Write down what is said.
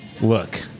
look